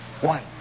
one